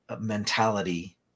mentality